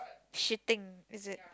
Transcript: shitting is it